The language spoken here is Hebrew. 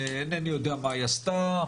אינני יודע מה היא עשתה.